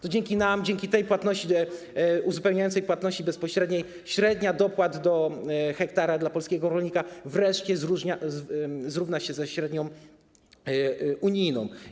To dzięki nam, dzięki tej płatności, uzupełniającej płatności bezpośredniej, średnia kwota dopłat do 1 ha dla polskiego rolnika wreszcie zrówna się ze średnią unijną.